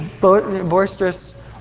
boisterous